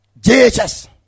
JHS